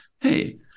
Hey